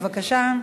בבקשה.